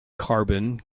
carbon